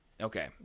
Okay